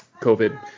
COVID